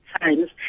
times